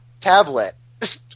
tablet